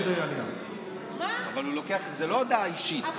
אבל זה לא הודעה אישית,